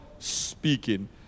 speaking